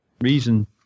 reason